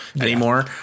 anymore